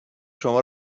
شما